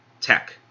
tech